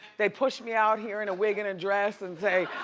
they push me out here in a wig and a dress and say,